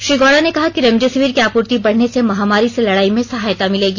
श्री गौड़ा ने कहा कि रेमडेसिविर की आपूर्ति बढ़ने से महामारी से लड़ाई में सहायता मिलेगी